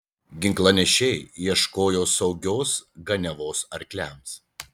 ginklanešiai ieškojo saugios ganiavos arkliams